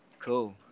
Cool